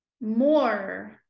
more